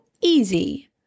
easy